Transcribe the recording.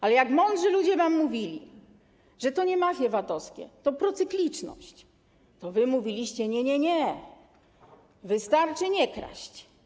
Ale jak mądrzy ludzie wam mówili, że to nie mafie VAT-owskie, to procykliczność, to wy mówiliście: nie, nie, nie, wystarczy nie kraść.